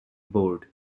board